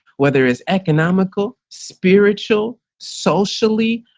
whether it's economical, spiritual, socially,